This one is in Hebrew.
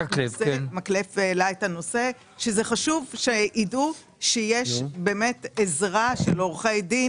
זה חשוב שידעו שיש עזרה של עורכי דין